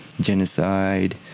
genocide